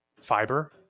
fiber